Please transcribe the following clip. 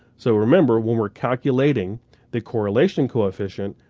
so remember when we're calculating the correlation coefficient,